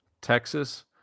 Texas